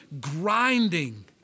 grinding